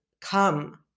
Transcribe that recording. come